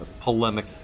polemic